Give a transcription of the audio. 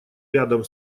рядом